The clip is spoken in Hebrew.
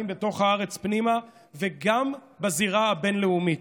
בתוך הארץ פנימה וגם בזירה הבין-לאומית.